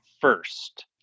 first